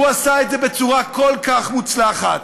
והוא עשה את זה בצורה כל כך מוצלחת